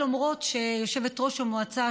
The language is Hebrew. למרות שיושבת-ראש המועצה,